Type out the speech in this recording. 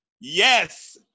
Yes